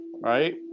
right